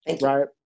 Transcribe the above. right